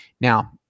Now